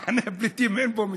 מחנה הפליטים, אין בו מדרכות.